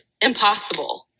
impossible